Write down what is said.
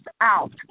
out